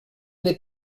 n’est